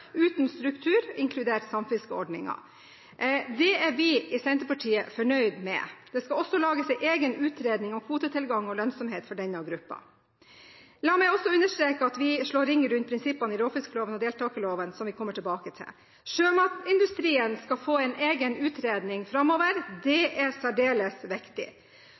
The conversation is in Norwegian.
uten struktur – inkludert samfiskeordningen. Det er vi i Senterpartiet fornøyd med. Det skal også lages en egen utredning om kvotetilgang og lønnsomhet for denne gruppen. La meg også understreke at vi slår ring om prinsippene i råfiskloven og deltakerloven, som vi kommer tilbake til. Sjømatindustrien skal få en egen utredning framover. Det er særdeles viktig.